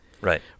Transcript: Right